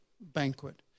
banquet